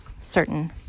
certain